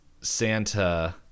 Santa